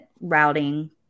routing